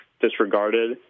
disregarded